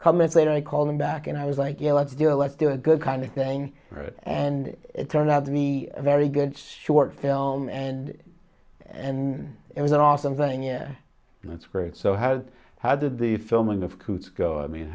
comments later i called him back and i was like yeah let's do a let's do a good kind of thing and it turned out to be a very good short film and and it was an awesome thing yeah that's great so how did how did the filming of coots go i mean